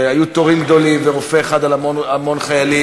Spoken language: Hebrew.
והיו תורים גדולים ורופא אחד על המון חיילים.